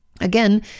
Again